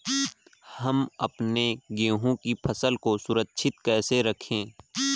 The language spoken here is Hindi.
हम अपने गेहूँ की फसल को सुरक्षित कैसे रखें?